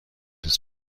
des